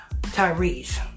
Tyrese